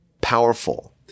powerful